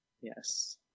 Yes